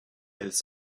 elles